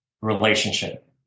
relationship